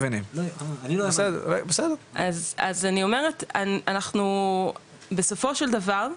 אז אני רק אומרת שאנחנו בסופו של דבר,